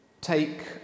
Take